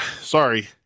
sorry